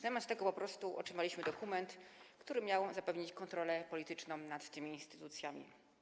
Zamiast tego otrzymaliśmy dokument, który miał zapewnić kontrolę polityczną nad tymi instytucjami.